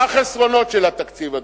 מה החסרונות של התקציב הדו-שנתי?